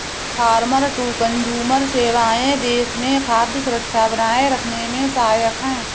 farmer to consumer सेवाएं देश में खाद्य सुरक्षा बनाए रखने में सहायक है